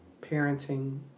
parenting